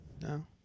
No